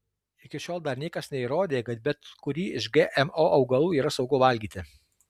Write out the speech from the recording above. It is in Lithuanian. iki šiol dar niekas neįrodė kad bet kurį iš gmo augalų yra saugu valgyti